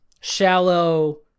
Shallow